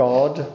God